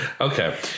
Okay